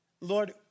Lord